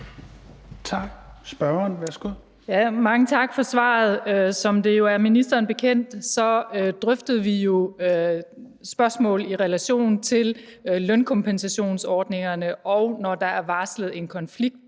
Ulla Tørnæs (V): Mange tak for svaret. Som det er ministeren bekendt, drøftede vi jo spørgsmål i relation til lønkompensationsordningerne, når der er varslet en konflikt